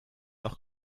noch